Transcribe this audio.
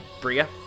Bria